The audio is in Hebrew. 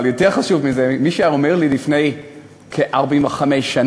אבל יותר חשוב מזה: אם מישהו היה אומר לי לפני כ-45 שנה,